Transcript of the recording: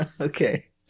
Okay